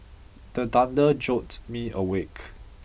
the thunder jolt me awake